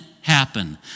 happen